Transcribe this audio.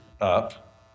up